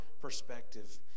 perspective